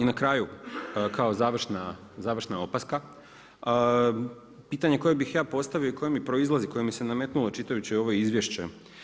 I na kraju, kao završna opaska, pitanje koje bih ja postavio, koje mi proizlazi, koje mi se nametnulo čitajući ovo izvješće.